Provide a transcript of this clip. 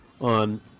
on